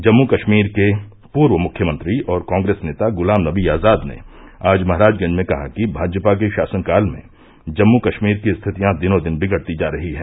जम्मू कष्मीर के पूर्व मुख्यमंत्री और कॉग्रेस नेता गुलाम नबी आजाद ने आज महराजगंज में कहा कि भाजपा के षासनकाल में जम्मू कष्मीर की स्थितियां दिनोदिन बिगड़ती जा रही है